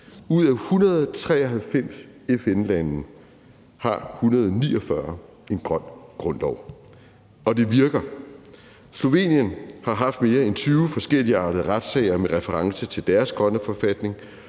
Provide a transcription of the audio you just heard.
Ud af 193 FN-lande har 149 en grøn grundlov, og det virker. Slovenien har haft mere end 20 forskelligartede retssager med reference til deres grønne forfatning.